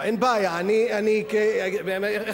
ככל